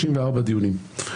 34 דיונים.